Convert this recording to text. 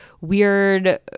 weird